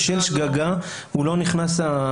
בשל שגגה הסעיף הזה לא נכנס.